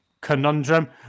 conundrum